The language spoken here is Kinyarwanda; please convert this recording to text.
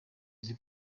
izi